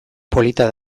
polita